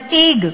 מדאיג,